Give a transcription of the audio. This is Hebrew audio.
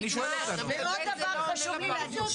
עוד דבר חשוב לי להגיד.